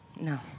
No